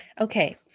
Okay